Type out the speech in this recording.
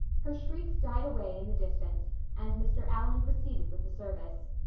her shrieks died away in the distance and mr. allan proceeded with the service.